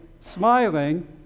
smiling